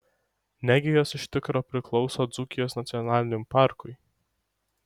negi jos iš tikro priklauso dzūkijos nacionaliniam parkui